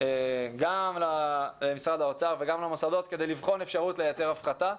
גם למשרד האוצר וגם למוסדות כדי לבחון אפשרות לייצר הפחתה.